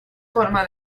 forma